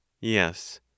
yes